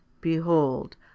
BEHOLD